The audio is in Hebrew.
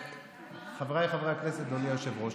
חבריי חברי הכנסת, אדוני היושב-ראש,